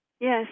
Yes